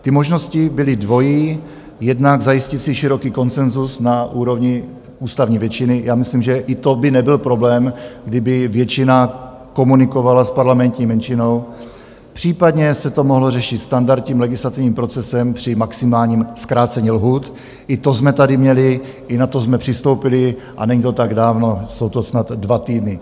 Ty možnosti byly dvojí, jednak zajistit si široký konsenzus na úrovni ústavní většiny já myslím, že i to by nebyl problém, kdyby většina komunikovala s parlamentní menšinou, případně se to mohlo řešit standardním legislativním procesem při maximálním zkrácení lhůt i to jsme tady měli, i na to jsme přistoupili a není to tak dávno, jsou to snad dva týdny.